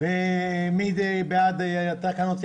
מי בעד התקנות?